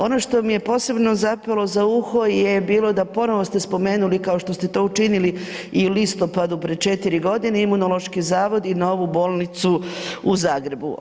Ono što mi je posebno zapelo za uho je bilo da ponovo ste spomenuli kao što ste to učinili i u listopadu prije 4 godine Imunološki zavod i Novu bolnicu u Zagrebu.